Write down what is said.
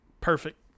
Perfect